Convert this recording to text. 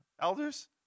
Elders